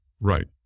Right